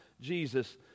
Jesus